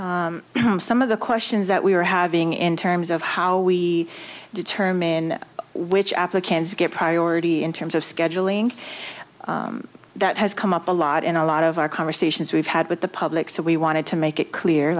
permit some of the questions that we were having in terms of how we determine which applicants get priority in terms of scheduling that has come up a lot in a lot of our conversations we've had with the public so we wanted to make it clear